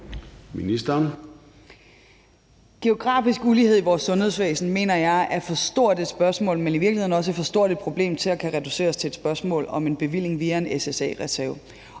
Løhde): Geografisk ulighed i vores sundhedsvæsen mener jeg er for stort et spørgsmål, men i virkeligheden også for stort et problem til at kunne reduceres til et spørgsmål om en bevilling via SSA-reserven.